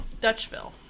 dutchville